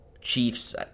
Chiefs